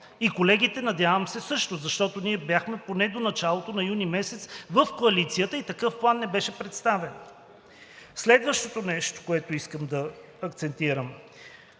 и колегите надявам се също, защото ние бяхме поне до началото на месец юни в Коалицията и такъв план не беше представен. Следващото нещо, което искам да акцентирам.